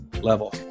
level